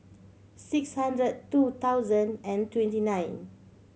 six hundred two thousand and twenty nine